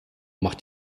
macht